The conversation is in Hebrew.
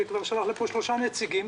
שכבר שלח לפה שלושה נציגים,